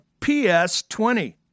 PS20